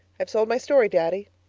i've sold my story, daddy.